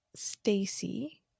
Stacy